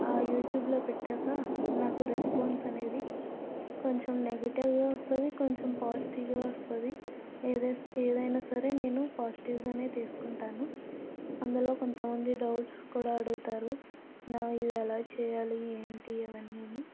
ఆ యూట్యూబ్ లో పెట్టాక నాకు రెస్పాన్స్ అనేది కొంచెం నెగిటివ్ గా వస్తుంది కొంచెం పాజిటివ్ గా వస్తుంది ఏదై ఏదైనా సరే నేను పాజిటివ్ గానే తీసుకుంటాను అందులో కొంతమంది డౌట్స్ కూడా అడుగుతారు నా ఇది ఎలా చేయాలి ఏంటి ఇవన్నీ అని